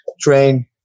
train